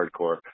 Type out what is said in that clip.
hardcore